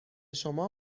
شما